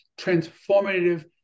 transformative